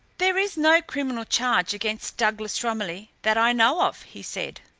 there is no criminal charge against douglas romilly that i know of, he said.